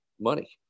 money